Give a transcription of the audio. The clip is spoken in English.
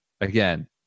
Again